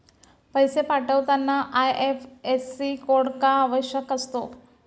पैसे पाठवताना IFSC code का आवश्यक असतो?